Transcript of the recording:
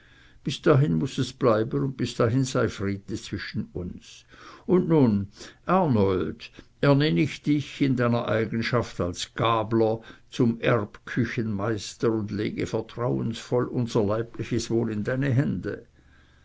bis dahin muß es bleiben und bis dahin sei friede zwischen uns und nun arnold ernenn ich dich in deiner eigenschaft als gabler zum erbküchenmeister und lege vertrauensvoll unser leibliches wohl in deine hände